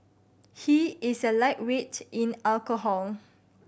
he is a lightweight in alcohol